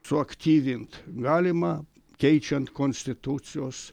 suaktyvint galima keičiant konstitucijos